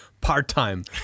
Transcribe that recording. part-time